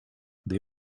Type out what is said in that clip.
they